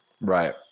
right